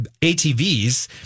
ATVs